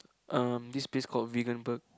um this place called Vegan Burg